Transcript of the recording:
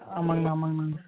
ஆமாங்கண்ணா ஆமாங்கண்ணா